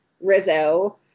Rizzo